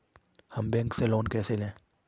हम बैंक से लोन कैसे लें?